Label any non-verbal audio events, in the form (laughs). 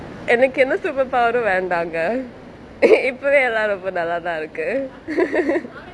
எனக்கு என்ன:enaku enna superpower ரு வேண்டாங்கே:ru vendanggae (laughs) இப்பவே எல்லா ரொம்ப நல்லாதா இருக்கு:ippevae ella rombe nalla thaa irukku (laughs)